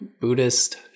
Buddhist